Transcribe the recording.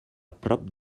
prop